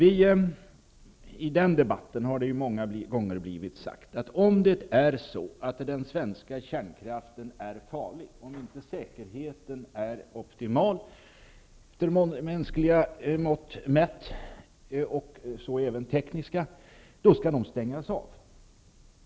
I denna debatt har det många gånger blivit sagt, att om den svenska kärnkraften är farlig och om inte säkerheten är optimal efter mänskliga mått och även efter tekniska mått mätt, skall den stängas av.